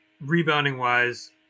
Rebounding-wise